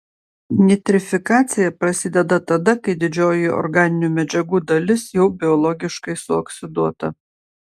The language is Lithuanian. nitrifikacija prasideda tada kai didžioji organinių medžiagų dalis jau biologiškai suoksiduota